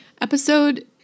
Episode